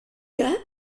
cas